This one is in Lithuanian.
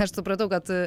aš supratau kad